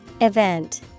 Event